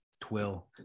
twill